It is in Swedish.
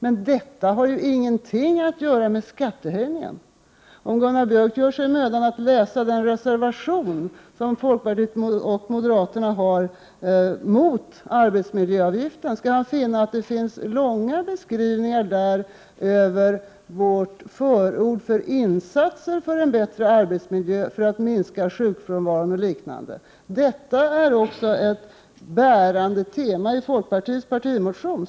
Men detta har inte någonting att göra med skattehöjningen. Om Gunnar Björk gör sig mödan att läsa folkpartiets och moderaternas reservation mot arbetsmiljöavgiften, skall han finna att det där finns långa beskrivningar över vårt förord för insatser för en bättre arbetsmiljö för att minska sjukfrånvaro och liknande. Detta är också ett bärande tema i folkpartiets partimotion.